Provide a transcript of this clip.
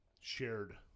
shared